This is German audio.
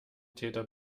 täter